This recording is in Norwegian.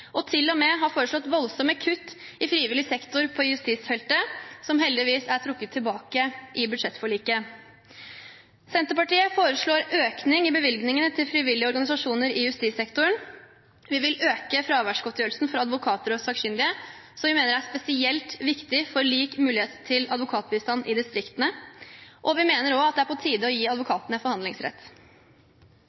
og som til og med har foreslått voldsomme kutt i frivillig sektor på justisfeltet, som heldigvis er trukket tilbake i budsjettforliket. Senterpartiet foreslår en økning i bevilgningene til frivillige organisasjoner i justissektoren. Vi vil øke fraværsgodtgjørelsen for advokater og sakkyndige, som vi mener er spesielt viktige for lik mulighet til advokatbistand i distriktene, og vi mener det er på tide å gi advokatene forhandlingsrett.